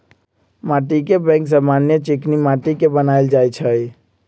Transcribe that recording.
माटीके बैंक समान्य चीकनि माटि के बनायल जाइ छइ